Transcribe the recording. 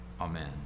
Amen